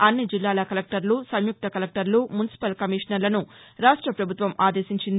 అన్ని జిల్లాల కలెక్టర్లు సంయుక్త కలెక్టర్లు మున్సిపల్ కమిషనర్లను రాష్ట ప్రభుత్వం ఆదేశించింది